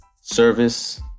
service